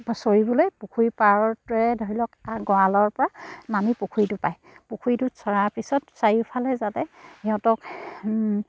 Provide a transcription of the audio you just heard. চৰিবলৈ পুখুৰী পাৰতে ধৰি লওক গঁৰালৰপৰা নামি পুখুৰীটো পায় পুখুৰীটোত চৰাৰ পিছত চাৰিওফালে যাতে সিহঁতক